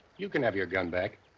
you can have your gun back,